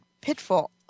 pitfall